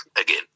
again